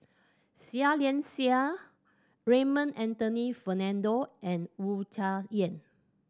Seah Liang Seah Raymond Anthony Fernando and Wu Tsai Yen